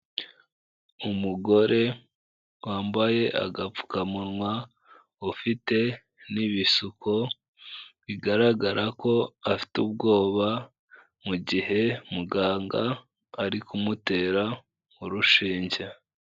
Umugore wambaye agapfukamunwa, ufite n'ibisuko, bigaragara ko afite ubwoba, mu gihe muganga ari kumutera, urushinge.